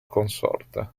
consorte